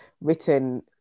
written